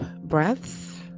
breaths